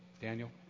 Daniel